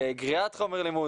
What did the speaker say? גריעת חומר לימוד,